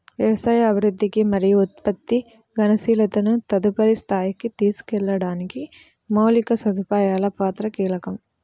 వ్యవసాయ అభివృద్ధికి మరియు ఉత్పత్తి గతిశీలతను తదుపరి స్థాయికి తీసుకెళ్లడానికి మౌలిక సదుపాయాల పాత్ర కీలకం